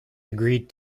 agreed